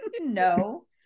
No